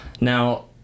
Now